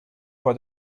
for